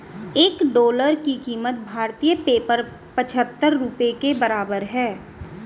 एक डॉलर की कीमत भारतीय पेपर पचहत्तर रुपए के बराबर है